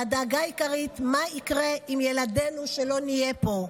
והדאגה העיקרית, מה יקרה עם ילדינו כשלא נהיה פה?